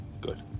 good